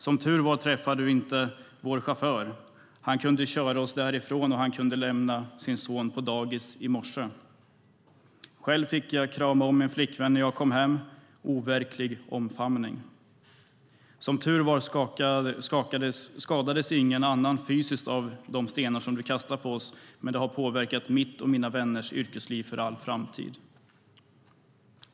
Som tur var träffade du inte vår chaufför, han kunde köra oss där ifrån och han kunde lämna sin son på dagis i morse. Själv fick jag krama om min flickvän när jag kom hem, overklig omfamning! Som tur var skadades ingen annan fysiskt av de stenar du kastade på oss. Men du har påverkat mitt och mina vänners yrkesliv för all framtid!